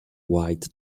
white